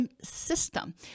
system